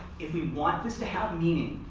if we want this to have meaning,